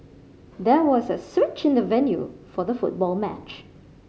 there was a switch in the venue for the football match